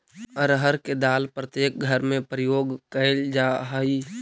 अरहर के दाल प्रत्येक घर में प्रयोग कैल जा हइ